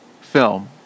film